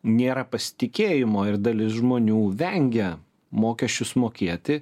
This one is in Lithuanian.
nėra pasitikėjimo ir dalis žmonių vengia mokesčius mokėti